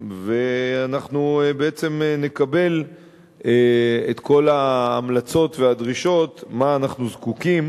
אנחנו בעצם נקבל את כל ההמלצות והדרישות למה אנחנו זקוקים